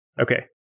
Okay